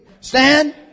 Stand